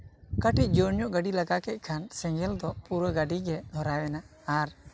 ᱠᱟ ᱴᱤᱡ ᱡᱳᱨ ᱧᱚᱜ ᱜᱟᱹᱰᱤᱭ ᱞᱟᱜᱟ ᱠᱮᱜ ᱠᱷᱟᱱ ᱥᱮᱸᱜᱮᱞ ᱫᱚ ᱯᱩᱨᱟᱹ ᱜᱟᱹᱰᱤᱜᱮ ᱫᱷᱚᱨᱟᱣ ᱮᱱᱟ ᱟᱨ